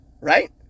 right